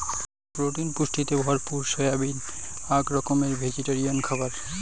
protein পুষ্টিতে ভরপুর soybean আক রকমের ভেজিটেরিয়ান খাবার